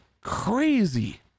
crazy